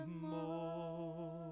more